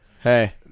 Hey